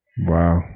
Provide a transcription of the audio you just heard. Wow